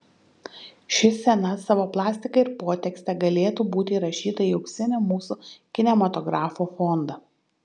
ši scena savo plastika ir potekste galėtų būti įrašyta į auksinį mūsų kinematografo fondą